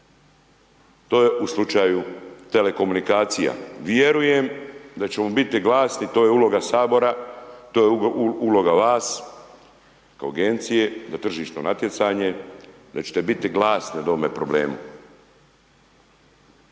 to je u slučaju telekomunikacija. Vjerujem da ćemo biti glasni, to je uloga Sabora, to je uloga vas kao agencije, tržišno natjecanje, da ćete biti glasni o ovome problemu.